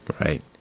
right